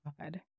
God